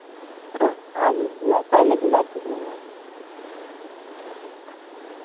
हाँ आज नहीं पहले की बात कुछ नहीं आज ही की